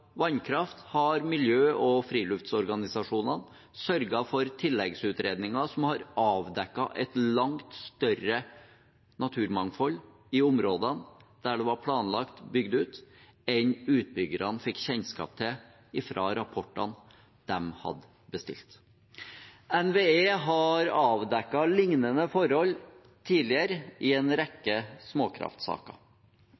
vannkraft har miljø- og friluftsorganisasjonene sørget for tilleggsutredninger som har avdekket et langt større naturmangfold i områdene der det var planlagt bygd ut, enn utbyggerne fikk kjennskap til fra rapportene de hadde bestilt. NVE har avdekket lignende forhold tidligere i en